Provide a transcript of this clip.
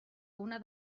una